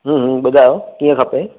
ॿुधायो कीअं खपे